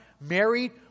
married